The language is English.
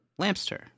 Lampster